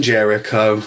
Jericho